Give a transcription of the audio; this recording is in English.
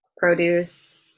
produce